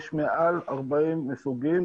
יש מעל 40 סוגים,